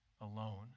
alone